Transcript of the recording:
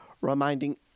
reminding